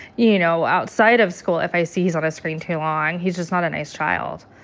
you know, outside of school if i see he's on a screen too long, he's just not a nice child.